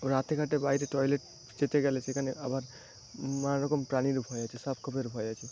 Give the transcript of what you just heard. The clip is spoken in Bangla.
রাতেঘাটে বাইরে টয়লেট যেতে গেলে সেখানে আবার নানারকম প্রাণীর ভয় আছে সাপখোপের ভয় আছে